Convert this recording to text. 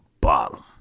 bottom